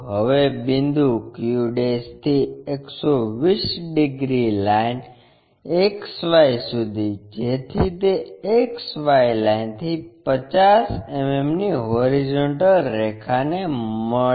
હવે બિંદુ q થી 120 ડિગ્રી લાઈન XY સુધી જેથી તે XY લાઇનથી 50 mmની હોરિઝોન્ટલ રેખાને મળે